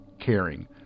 caring